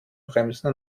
bremsen